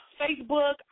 Facebook